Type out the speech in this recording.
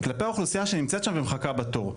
כלפי האוכלוסייה שנמצאת שם ומחכה בתור.